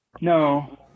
no